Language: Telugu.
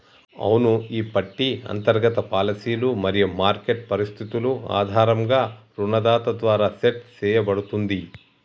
అవును ఈ పట్టి అంతర్గత పాలసీలు మరియు మార్కెట్ పరిస్థితులు ఆధారంగా రుణదాత ద్వారా సెట్ సేయబడుతుంది